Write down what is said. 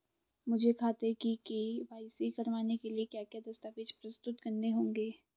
मुझे खाते की के.वाई.सी करवाने के लिए क्या क्या दस्तावेज़ प्रस्तुत करने होंगे?